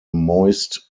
moist